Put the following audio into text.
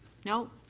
no.